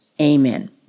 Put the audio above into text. Amen